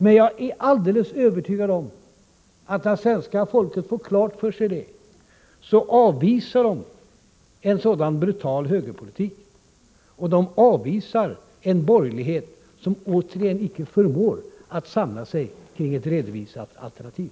Men jag är alldeles övertygad om att när svenska folket får klart för sig detta, så avvisar man en sådan brutal högerpolitik — avvisar en borgerlighet som återigen icke förmår samla sig kring ett redovisat alternativ.